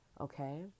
okay